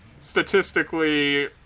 statistically